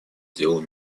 делу